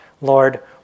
Lord